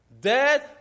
dead